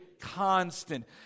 constant